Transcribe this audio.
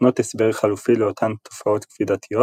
נותנות הסבר חלופי לאותן תופעות כבידתיות